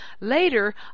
later